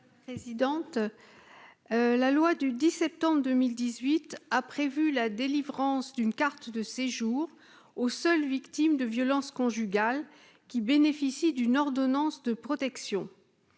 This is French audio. Madame Lepage. Présidente la loi du 10 septembre 2018 a prévu la délivrance d'une carte de séjour aux seules victimes de violences conjugales, qui bénéficient d'une ordonnance de protection,